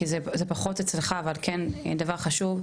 זה אולי פחות אצלך אבל זה כן דבר חשוב.